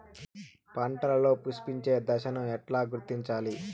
పంటలలో పుష్పించే దశను ఎట్లా గుర్తించాలి?